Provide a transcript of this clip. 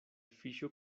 fiŝo